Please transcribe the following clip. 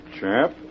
champ